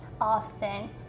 Austin